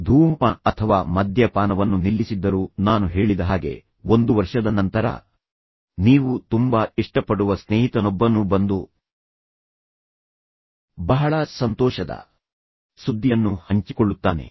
ಧೂಮಪಾನ ಅಥವಾ ಮದ್ಯಪಾನವನ್ನು ನಿಲ್ಲಿಸಿದ್ದರು ನಾನು ಹೇಳಿದ ಹಾಗೆ ಒಂದು ವರ್ಷದ ನಂತರ ನೀವು ತುಂಬಾ ಇಷ್ಟಪಡುವ ಸ್ನೇಹಿತನೊಬ್ಬನು ಬಂದು ಬಹಳ ಸಂತೋಷದ ಸುದ್ದಿಯನ್ನು ಹಂಚಿಕೊಳ್ಳುತ್ತಾನೆ